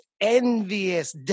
envious